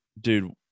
Dude